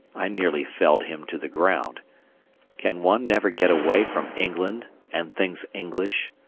i nearly felled him to the ground can one never get away from england and things english?